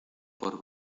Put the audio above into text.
por